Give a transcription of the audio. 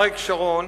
אריק שרון,